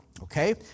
Okay